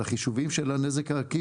על החישובים של הנזק העקיף.